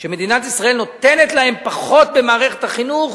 כשמדינת ישראל נותנת להם פחות במערכת החינוך,